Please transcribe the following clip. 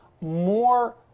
more